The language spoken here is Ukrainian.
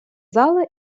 зали